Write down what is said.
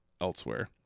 elsewhere